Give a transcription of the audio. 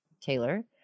Taylor